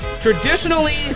traditionally